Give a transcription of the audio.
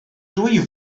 dwy